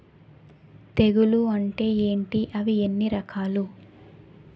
తెగులు అంటే ఏంటి అవి ఎన్ని రకాలు?